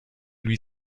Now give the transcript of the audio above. lui